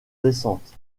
descente